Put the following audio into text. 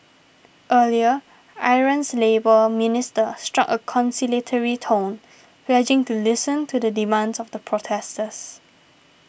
earlier Iran's labour minister struck a conciliatory tone pledging to listen to the demands of the protesters